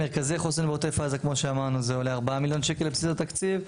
מרכזי חוסן בעוטף עזה זה עולה ארבעה מיליון שקל לבסיס התקציב.